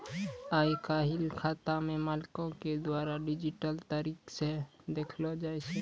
आइ काल्हि खाता के मालिको के द्वारा डिजिटल तरिका से देखलो जाय छै